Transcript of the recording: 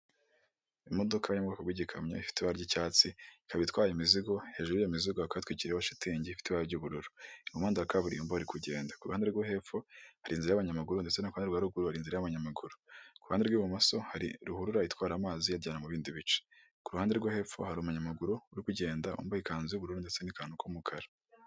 Imodoka yo mu bwoko bw'igikamyo ifite ibara ry'icyatsi ikaba itwaye imizigo hejuru y'iyo mizigo hatwikirijweho shitingi y'ibara ry'ubururu, imihanda ya kaburimbo iri kugenda ku ruhande rwo hepfo hari inzira y'abanyamaguru ndetse no ku ruhande rwa ruguru hari inzira y'abanyamaguru, iruhande rw'ibumoso hari ruhurura itwara amazi ayajyana mu bindi bice ku ruhande rwo hepfo hari umunyamaguru uri kugenda wambaye ikanzu y'ubururu ndetse n'ikanzu k'umukara.